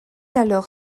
alors